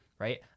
Right